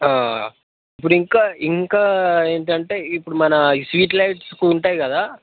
ఇప్పుడింకా ఇంకా ఇంక అంటే ఇప్పుడు మన ఈ స్ట్రీట్ లైట్స్కి ఉంటాయి కదా